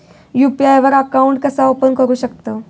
UPI वर account कसा open करू शकतव?